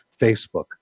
Facebook